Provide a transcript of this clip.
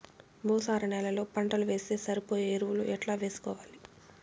భూసార నేలలో పంటలు వేస్తే సరిపోయే ఎరువులు ఎట్లా వేసుకోవాలి?